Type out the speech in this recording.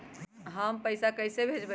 हम पैसा कईसे भेजबई?